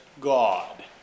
God